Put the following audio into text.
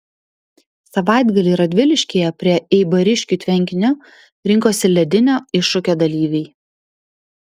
savaitgalį radviliškyje prie eibariškių tvenkinio rinkosi ledinio iššūkio dalyviai